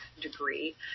degree